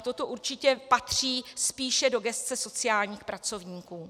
Toto určitě patří spíše do gesce sociálních pracovníků.